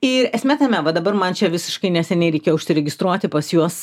ir esmė tėme va dabar man čia visiškai neseniai reikėjo užsiregistruoti pas juos